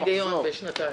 אז מה ההיגיון בשנתיים?